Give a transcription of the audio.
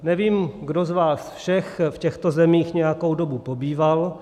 Nevím, kdo z vás všech v těchto zemích nějakou dobu pobýval.